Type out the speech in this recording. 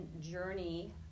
journey